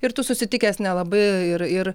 ir tu susitikęs nelabai ir ir